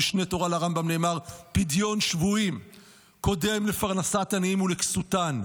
במשנה תורה לרמב"ם נאמר: פדיון שבויים קודם לפרנסת עניים ולכסותן.